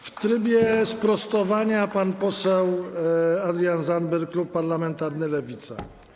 W trybie sprostowania pan poseł Adrian Zandberg, klub parlamentarny Lewica.